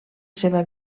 seva